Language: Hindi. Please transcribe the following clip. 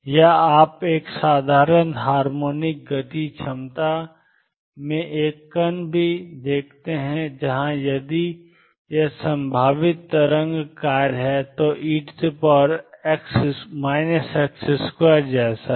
या आप एक साधारण हार्मोनिक गति क्षमता में एक कण भी देखते हैं जहां यदि यह संभावित तरंग कार्य है तो e x2 जैसा है